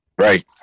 Right